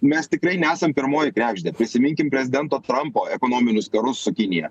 mes tikrai nesam pirmoji kregždė prisiminkim prezidento trampo ekonominius karus su kinija